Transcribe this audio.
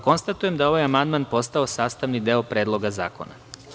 Konstatujem da je ovaj amandman postao sastavni deo predloga zakona.